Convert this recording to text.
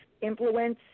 influence